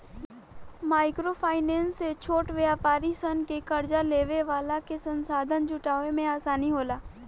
micro finance से छोट व्यापारी सन के कार्जा लेवे वाला के संसाधन जुटावे में आसानी होला